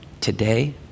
today